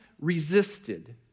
resisted